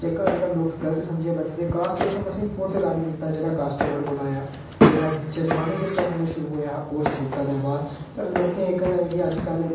जेहका अजकल लोक गल्त समझी बैठे दे ना कास्ट सिस्टम असें पुर्तगाली दित्ता जेहड़ा कास्ट बर्ड कोला आया जेहड़ा चशमानी सिस्टम कन्नै शुरु होआ हा पोस्ट गुप्ता दे बाद पर लोकें ऐ हा कि अजकल